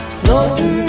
floating